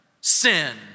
sin